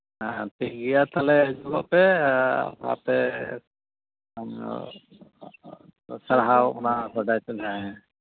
ᱦᱮᱸ ᱴᱷᱤᱠ ᱜᱮᱭᱟ ᱛᱟᱦᱚᱞᱮ ᱦᱤᱡᱩᱜᱚ ᱯᱮ ᱟᱯᱮ ᱥᱟᱨᱦᱟᱣ ᱚᱱᱟ ᱵᱟᱰᱟᱭ